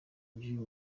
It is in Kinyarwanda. by’uyu